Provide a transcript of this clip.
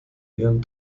ihren